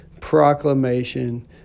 proclamation